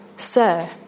Sir